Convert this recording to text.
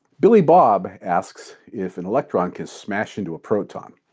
billy bob asks if an electron can smash into a proton.